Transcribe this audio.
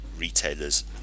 retailers